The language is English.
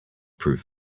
prove